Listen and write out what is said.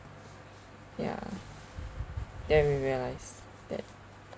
ya then we realise that